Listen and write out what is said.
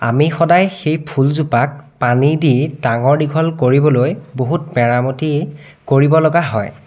আমি সদায় সেই ফুলজোপাক পানী দি ডাঙৰ দীঘল কৰিবলৈ বহুত মেৰামতি কৰিবলগা হয়